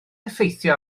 effeithio